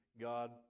God